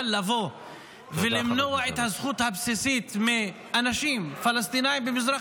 אבל למנוע את הזכות הבסיסית מאנשים פלסטינים במזרח